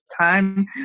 time